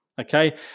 Okay